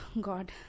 God